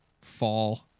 fall